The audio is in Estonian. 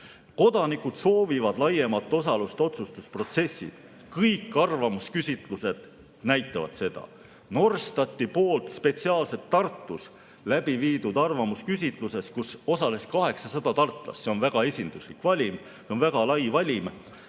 Kodanikud soovivad laiemat osalust otsustusprotsessis. Kõik arvamusküsitlused näitavad seda. Norstati spetsiaalselt Tartus tehtud arvamusküsitluses, kus osales 800 tartlast – see on väga esinduslik valim, väga lai valim